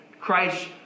Christ